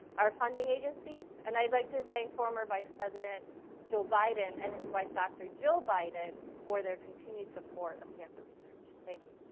our funding agencies, and i'd like to thank former vice president joe biden and his wife, dr. jill biden, for their continued support of cancer research. thank you.